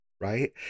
Right